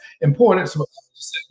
importance